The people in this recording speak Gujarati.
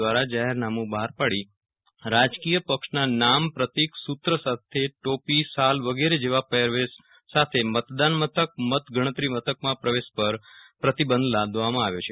દ્વારા જાહેરનામું બહાર પાડી રાજકીય પક્ષના નામ પર્તિક કે સુત્ર સાથે ટોપી શાલ વગેરે જેવા પહેરવેશ સાથે મતદાન મથક મતગણતરી મથકમાં પ્રવેશ પર પ્રતિબંધ લાદવામાં આવ્યો છે